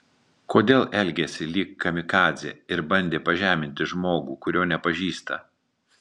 kodėl elgėsi lyg kamikadzė ir bandė pažeminti žmogų kurio nepažįsta